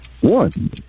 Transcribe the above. One